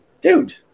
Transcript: dude